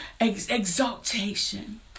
exaltation